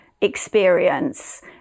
experience